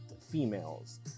females